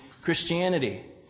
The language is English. Christianity